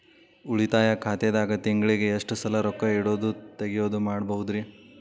ಉಳಿತಾಯ ಖಾತೆದಾಗ ತಿಂಗಳಿಗೆ ಎಷ್ಟ ಸಲ ರೊಕ್ಕ ಇಡೋದು, ತಗ್ಯೊದು ಮಾಡಬಹುದ್ರಿ?